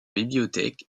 bibliothèque